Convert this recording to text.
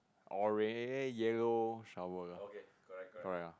orange yellow shower